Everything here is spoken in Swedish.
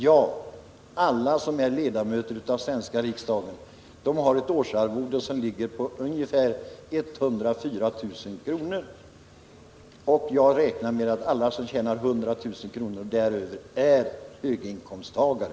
Ja, alla som är ledamöter av svenska riksdagen har ett årsarvode på ungefär 104 000 kr. Jag räknar med att alla som tjänar 100 000 kr. om året och däröver är höginkomsttagare.